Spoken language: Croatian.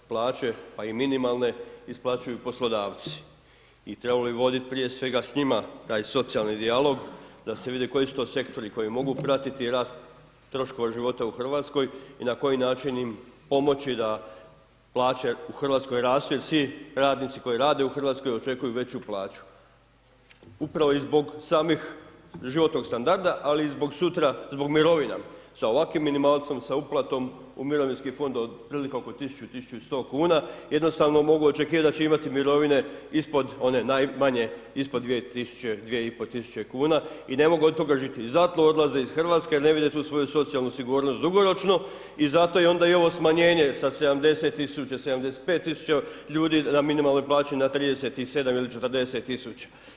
Plaće, pa i minimalne isplaćuju poslodavci, i trebalo bi vodit prije svega s njima taj socijalni dijalog, da se vidi koji su to sektori koji mogu pratiti rast troškova života u Hrvatskoj, i na koji način im pomoći da plaće u Hrvatskoj rastu, jer svi radnici koji rade u Hrvatskoj očekuju veću plaću, upravo i zbog samih životnog standarda, ali i zbog sutra, zbog mirovina, sa ovakvim minimalcom, sa uplatom u mirovinski fond od otprilike oko 1000, 1100 kuna, jednostavno mogu očekivati da će imati mirovine ispod one najmanje, ispod 2000, 2500 kuna i ne mogu od toga živjet, i zato odlaze iz Hrvatske, jer ne vide tu svoju socijalnu sigurnost dugoročno i zato onda i ovo smanjenje sa 70000, 75000 ljudi na minimalnoj plaći na 37000 ili 40000.